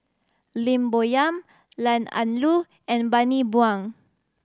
Lim Bo Yam Ian Ong Lu and Bani Buang